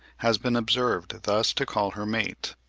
has been observed thus to call her mate,